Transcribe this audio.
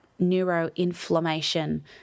neuroinflammation